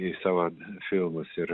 į savo filmus ir